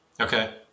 Okay